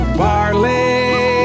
barley